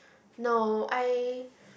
no I